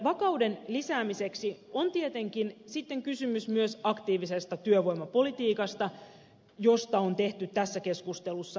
vakauden lisäämiseksi on tietenkin sitten kysymys myös aktiivisesta työvoimapolitiikasta josta on tehty tässä keskustelussa esityksiä